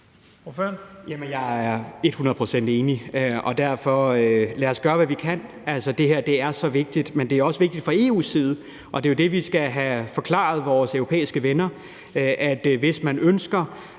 procent enig. Lad os derfor gøre, hvad vi kan. Altså, det her er så vigtigt. Men det er også vigtigt fra EU's side, og det er jo det, vi skal have forklaret vores europæiske venner, nemlig at hvis man ønsker